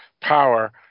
power